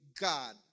God